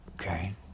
okay